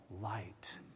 light